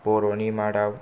बर'नि मादाव